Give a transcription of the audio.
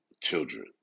children